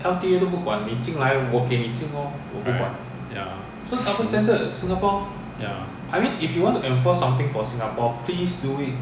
right ya ya